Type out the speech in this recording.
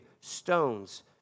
stones